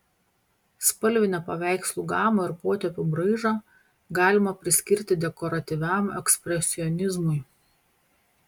spalvinę paveikslų gamą ir potėpių braižą galima priskirti dekoratyviam ekspresionizmui